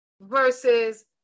versus